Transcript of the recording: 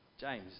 James